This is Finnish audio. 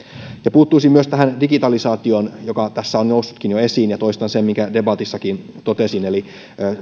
puuttuisin myös tähän digitalisaatioon joka tässä on noussutkin jo esiin ja toistan sen minkä debatissakin totesin eli